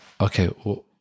okay